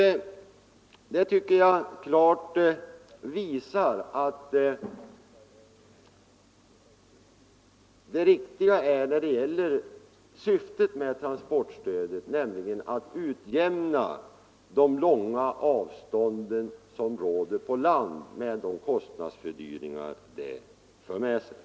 Detta tycker jag klart visar att det riktiga syftet med transportstödet är att utjämna kostnaderna på grund av de långa avstånden på land och de fördyringar som därigenom uppstår.